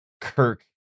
Kirk